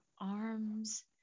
arms